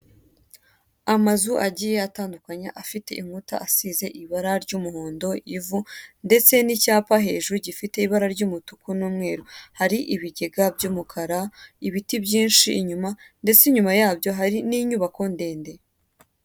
Amazu agiye atandukanye afite inkuta asize ibara ry'umuhondo, ivu ndetse n'icyapa hejuru gifite ibara ry'umutuku n'umweru, hari ibigega by'umukara, ibiti byinshi inyuma ndetse inyuma yabyo hari n'inyubako ndende.